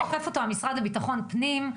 אוכף אותו המשרד לביטחון פנים.